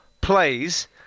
plays